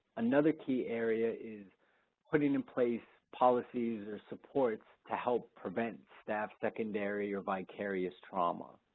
another key area is putting in place policies or supports to help prevent staff secondary or vicarious trauma.